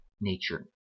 nature